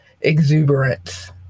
exuberance